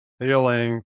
feeling